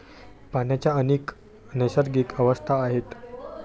पाण्याच्या अनेक नैसर्गिक अवस्था आहेत